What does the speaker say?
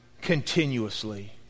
continuously